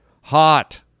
Hot